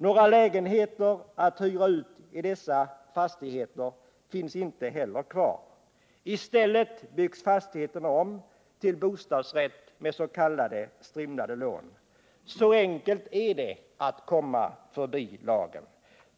Några lägenheter att hyra ut finns inte heller kvar. I stället byggs fastigheterna om till bostadsrätt med strimlade lån. Så enkelt är det att komma förbi lagen.